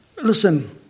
Listen